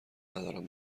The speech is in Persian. ندارم